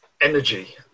energy